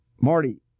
Marty